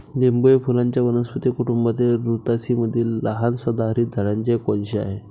लिंबू हे फुलांच्या वनस्पती कुटुंबातील रुतासी मधील लहान सदाहरित झाडांचे एक वंश आहे